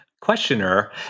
questioner